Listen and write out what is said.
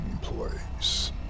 place